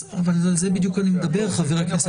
בדיוק על זה אני מדבר.